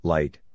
Light